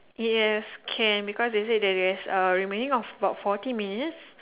yes can because they say got remaining of about forty minutes